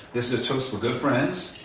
this is a toast for good friends,